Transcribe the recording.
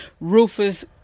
rufus